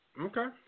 Okay